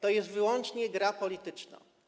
To jest wyłącznie gra polityczna.